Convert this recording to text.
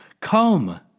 Come